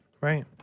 right